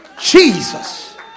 Jesus